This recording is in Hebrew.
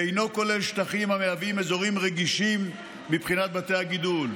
ואינו כולל שטחים המהווים אזורים רגישים מבחינת בתי הגידול.